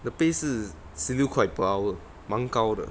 the pay 是十六块 per hour 蛮高的